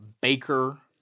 Baker